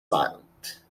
silent